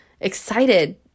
excited